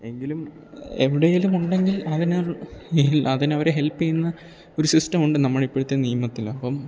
എങ്കിലും എവിടെയെങ്കിലും ഉണ്ടെങ്കിൽ അതിനൊരു അതിനവരെ ഹെൽപ്പ് ചെയ്യുന്ന ഒരു സിസ്റ്റം ഉണ്ട് നമ്മളെ ഇപ്പോഴത്തെ നിയമത്തിൽ അപ്പം